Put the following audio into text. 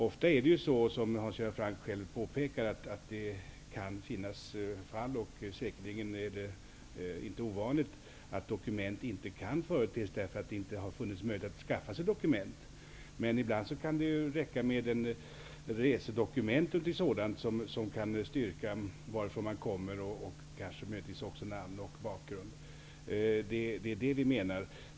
Ofta är det så som Hans Göran Franck själv på pekar att dokument inte kan företes därför att det inte funnits möjlighet att skaffa dem. Men ibland kunde det räcka med ett resedokument eller nå gonting sådant, som kan styrka varifrån man kommer, kanske också namn och bakgrund. Det är detta vi menar.